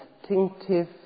distinctive